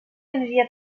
aniria